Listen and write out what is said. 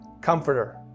comforter